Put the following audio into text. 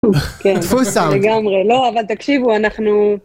לא אבל תקשיבו אנחנו.